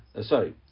Sorry